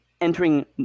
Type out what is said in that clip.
entering